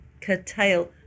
curtail